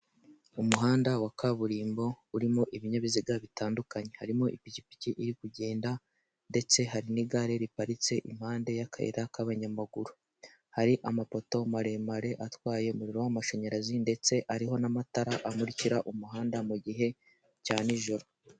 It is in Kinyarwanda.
Umuhanda wa kaburimbo urimo ibinyabiziga bitandukanye harimo ipikipiki iri kugenda ndetse hari n'igare riparitse impande y'akayira k'abanyamaguru hari amapoto maramare atwaye umuriro w'amashanyarazi ndetse ariho n'amatara amurikira umuhanda mu gihe cya nijoro.